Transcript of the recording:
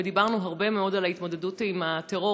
ודיברנו הרבה מאוד על ההתמודדות עם הטרור,